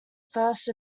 first